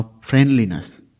friendliness